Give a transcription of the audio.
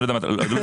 לא.